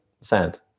sand